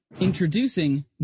Introducing